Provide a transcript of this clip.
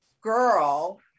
girl